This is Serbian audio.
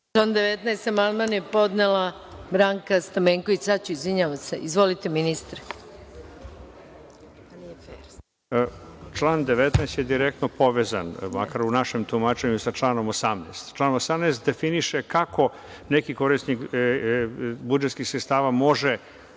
Član 19. je direktno povezan, makar u našem tumačenju, sa članom 18. Član 18. definiše kako neki korisnik budžetskih sredstava može